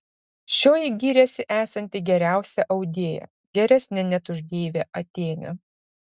šioji gyrėsi esanti geriausia audėja geresnė net už deivę atėnę